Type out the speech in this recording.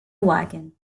wagon